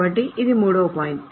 కాబట్టి ఇది 3 వ పాయింట్